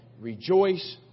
rejoice